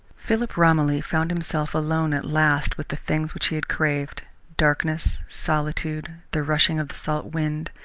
philip romilly found himself alone at last with the things which he had craved darkness, solitude, the rushing of the salt wind,